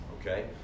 okay